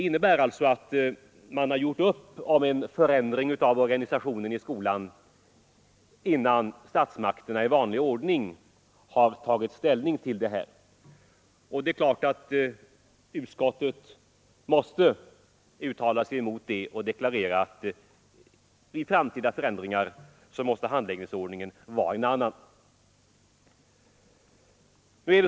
Man har gjort vanlig ordning har tagit ställning. Det är klart att utskottet måste uttala sig mot det och deklarera att vid framtida förändringar måste handläggningsordningen vara en annan.